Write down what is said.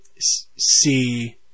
see